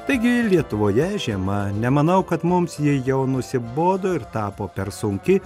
taigi lietuvoje žiema nemanau kad mums ji jau nusibodo ir tapo per sunki